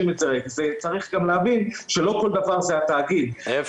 צריך גם להבין שלא כל דבר זה התאגיד,